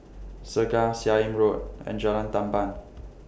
Segar Seah Im Road and Jalan Tamban